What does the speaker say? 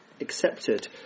Accepted